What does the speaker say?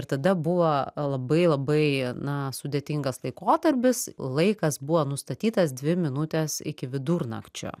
ir tada buvo labai labai na sudėtingas laikotarpis laikas buvo nustatytas dvi minutės iki vidurnakčio